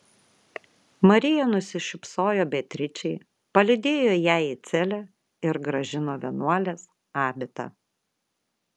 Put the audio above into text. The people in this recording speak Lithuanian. marija nusišypsojo beatričei palydėjo ją į celę ir grąžino vienuolės abitą